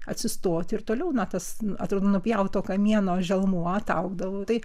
atsistoti ir toliau na tas atrodo nupjauto kamieno želmuo ataugdavo tai